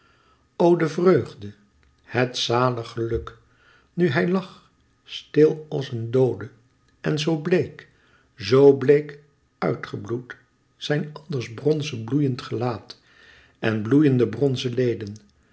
de vreugde het zalig geluk nu hij lag stil als een doode en zoo bleek zoo bleek uit gebloed zijn anders bronzen bloeiend gelaat en bloeiende bronzen leden